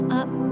up